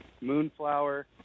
Moonflower